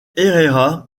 herrera